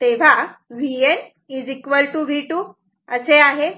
तेव्हा Vn V2 असे आहे